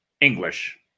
English